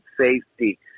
safety